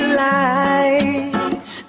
lights